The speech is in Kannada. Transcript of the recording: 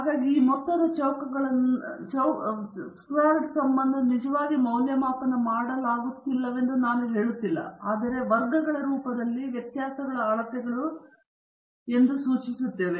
ಹಾಗಾಗಿ ಈ ಮೊತ್ತದ ಚೌಕಗಳನ್ನು ನಿಜವಾಗಿ ಮೌಲ್ಯಮಾಪನ ಮಾಡಲಾಗುತ್ತಿಲ್ಲವೆಂದು ನಾನು ಹೇಳುತ್ತಿಲ್ಲ ಆದರೆ ವರ್ಗಗಳ ರೂಪದಲ್ಲಿ ವ್ಯತ್ಯಾಸಗಳ ಅಳತೆಗಳು ಎಂದು ನಾನು ಸೂಚಿಸುತ್ತಿದ್ದೇನೆ